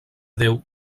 déu